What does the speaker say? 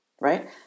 right